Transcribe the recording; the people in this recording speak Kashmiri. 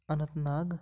اننت ناگ